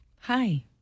Hi